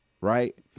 right